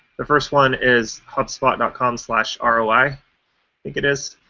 the first one is hubspot dot com slash um roi i think it is.